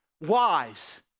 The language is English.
Wise